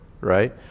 right